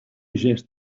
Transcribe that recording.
gest